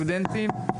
סטודנטים.